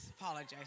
Apologize